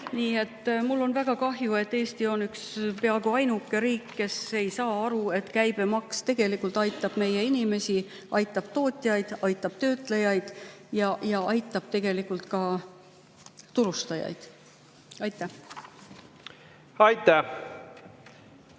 Mul on väga kahju, et Eesti on peaaegu ainuke riik, kes ei saa aru, et käibemaksu [alandamine] aitab meie inimesi, aitab tootjaid, aitab töötlejaid ja aitab tegelikult ka turustajaid. Aitäh! Aitäh!